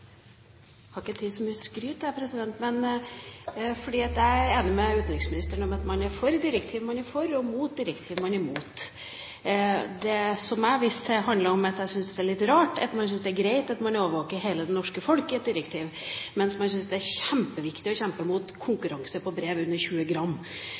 har ikke tid til så mye skryt. Jeg er enig med utenriksministeren i at man er for direktiv man er for, og er imot direktiv man er imot. Det jeg viste til, handler om at jeg syns det er litt rart at man syns det er greit at man overvåker hele det norske folk i et direktiv, mens man syns det er kjempeviktig å kjempe mot konkurranse på brev under 50 gram.